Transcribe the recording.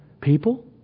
people